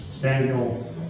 Daniel